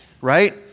Right